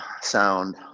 sound